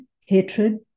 hatred